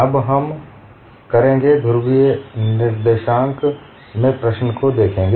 अब हम यह करेंगे कि ध्रुवीय निर्देशांक में प्रश्न को देखेंगें